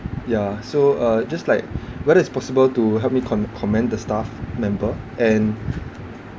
yeah so uh just like whether it's possible to help me com~ commend the staff member and